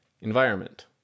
environment